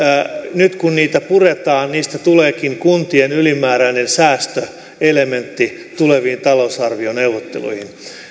nyt puretaan niistä tuleekin kuntien ylimääräinen säästöelementti tuleviin talousarvioneuvotteluihin